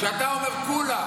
כשאתה אומר שכולם